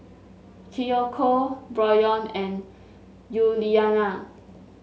Kiyoko Bryon and Yuliana